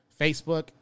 Facebook